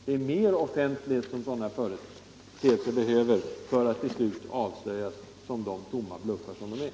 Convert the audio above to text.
Det är större offentlighet som sådana företeelser behöver, för att till slut avslöjas som de tomma bluffar som de är.